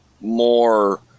more